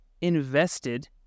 invested